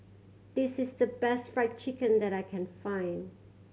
this is the best Fried Chicken that I can find